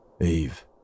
Eve